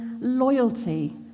loyalty